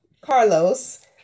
Carlos